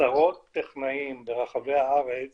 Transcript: עשרות טכנאים ברחבי הארץ